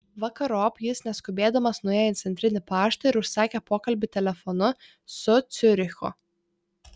vakarop jis neskubėdamas nuėjo į centrinį paštą ir užsakė pokalbį telefonu su ciurichu